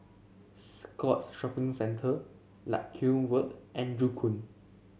Scotts Shopping Centre Larkhill and Joo Koon